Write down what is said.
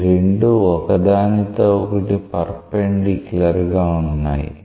ఈ రెండు ఒక దానితో ఒకటి పెర్ఫెన్దిక్యూలర్ గా వున్నాయి